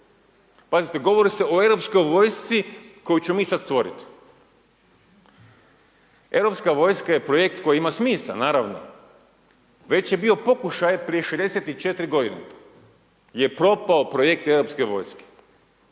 pazite govori se o europskoj vojski koju ćemo mi sad stvoriti. Europska vojska je projekt koji ima smisla, naravno već je bio pokušaj prije 64 godine je propao projekt europske vojske.